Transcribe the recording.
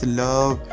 love